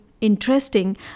interesting